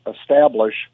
establish